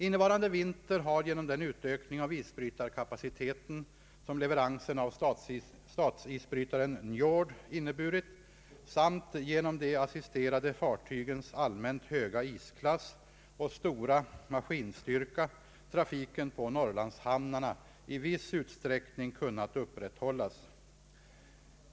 Innevarande vinter har genom den utökning av isbrytarkapaciteten, som leveransen av statsisbrytaren Njord inneburit, samt genom de assisterade fartygens allmänt höga isklass och stora maskinstyrka trafiken på Norrlandshamnarna i viss utsträckning kunnat upprätthållas.